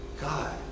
God